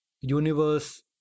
universe